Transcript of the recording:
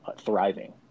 thriving